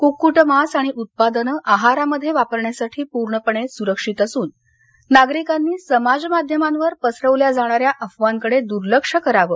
कुक्कुट मांस आणि उत्पादनं आहारामध्ये वापरण्यासाठी पूर्णपणे सुरक्षित असून नागरिकांनी समाजमाध्यमांवर पसरवल्या जाणाऱ्या अफवांकडे दूर्लक्ष करावं